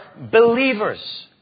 believers